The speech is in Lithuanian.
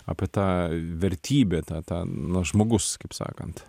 apie tą vertybę tą tą nu žmogus kaip sakant